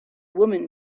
woman